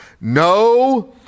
No